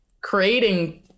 creating